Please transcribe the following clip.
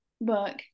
book